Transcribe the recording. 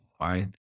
Right